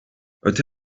öte